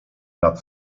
nad